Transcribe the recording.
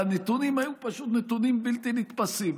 והנתונים היו פשוט נתונים בלתי נתפסים.